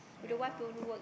correct lor